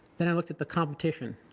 then i looked at the competition,